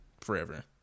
forever